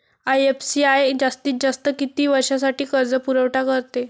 IFCI जास्तीत जास्त किती वर्षासाठी कर्जपुरवठा करते?